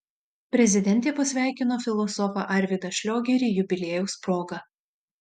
prezidentė pasveikino filosofą arvydą šliogerį jubiliejaus proga